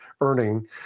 earning